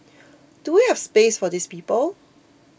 do we have space for these people